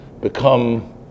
become